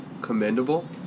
commendable